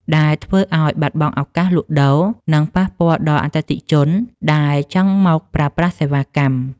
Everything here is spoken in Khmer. ដែលធ្វើឱ្យបាត់បង់ឱកាសលក់ដូរ និងប៉ះពាល់ដល់អតិថិជនដែលចង់មកប្រើប្រាស់សេវាកម្ម។